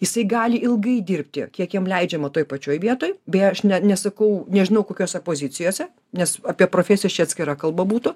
jisai gali ilgai dirbti kiek jam leidžiama toj pačioj vietoj beje aš ne nesakau nežinau kokiose pozicijose nes apie profesijas čia atskira kalba būtų